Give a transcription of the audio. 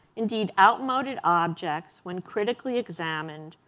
indeed, outmoded objects, when critically examined,